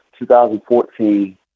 2014